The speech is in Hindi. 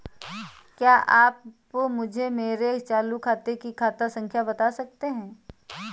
क्या आप मुझे मेरे चालू खाते की खाता संख्या बता सकते हैं?